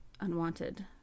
unwanted